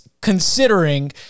considering